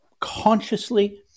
consciously